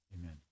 Amen